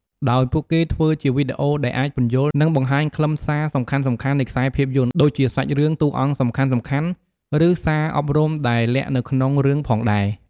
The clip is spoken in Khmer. ដោយពួកគេធ្វើជាវីឌីអូដែលអាចពន្យល់ និងបង្ហាញខ្លឹមសារសំខាន់ៗនៃខ្សែភាពយន្ត ដូចជាសាច់រឿង តួអង្គសំខាន់ៗ ឬសារអប់រំដែលលាក់នៅក្នុងរឿងផងដែរ។